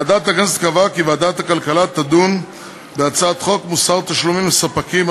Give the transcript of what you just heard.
ועדת הכנסת קבעה כי ועדת הכלכלה תדון בהצעת חוק מוסר תשלומים לספקים,